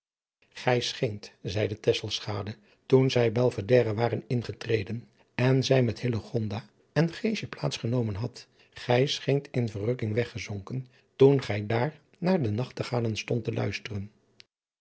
scheent zeide tesselschade toen zij belvedere waren ingetreden en zij met hillegonda en geesje plaats genomen had gij scheent in verrukking weggezonken toen gij daar naar de nachtegalen stondt